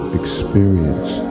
experience